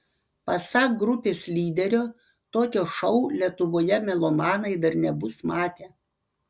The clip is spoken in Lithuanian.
pasak grupės lyderio tokio šou lietuvoje melomanai dar nebus matę